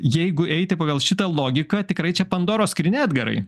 jeigu eiti pagal šitą logiką tikrai čia pandoros skrynia edgarai